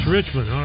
Richmond